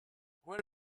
where